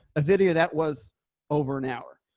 a video that was over an hour.